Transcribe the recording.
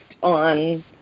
on